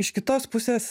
iš kitos pusės